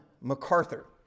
MacArthur